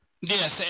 Yes